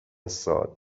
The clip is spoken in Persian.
سال